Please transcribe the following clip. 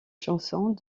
chansons